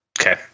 Okay